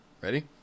Ready